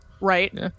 right